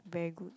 very good